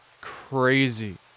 crazy